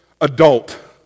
adult